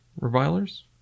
Revilers